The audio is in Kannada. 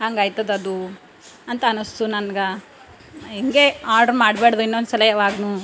ಹಂಗೈತದೆದು ಅಂತ ಅನಿಸ್ತು ನನ್ಗೆ ಹಿಂಗೇ ಆರ್ಡ್ರ್ ಮಾಡ್ಬಾರ್ದು ಇನ್ನೊಂದು ಸಲ ಯಾವಾಗ್ಲು